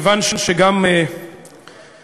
כיוון שגם בזה,